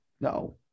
no